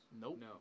Nope